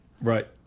Right